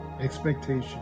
expectation